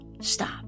Stop